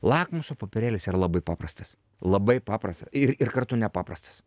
lakmuso popierėlis yra labai paprastas labai paprasta ir ir kartu nepaprastas